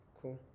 Cool